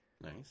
Nice